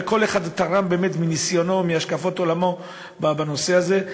וכל אחד תרם באמת מניסיונו ומהשקפות עולמו בנושא הזה,